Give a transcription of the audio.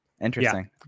interesting